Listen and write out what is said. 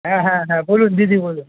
হ্যাঁ হ্যাঁ হ্যাঁ বলুন দিদি বলুন